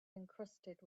encrusted